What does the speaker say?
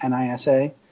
NISA